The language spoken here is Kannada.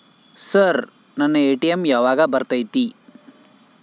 ಸರ್ ನನ್ನ ಎ.ಟಿ.ಎಂ ಯಾವಾಗ ಬರತೈತಿ?